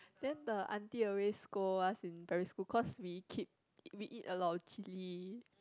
then the aunt always scold us in primary school cause we keep we eat a lot of chilli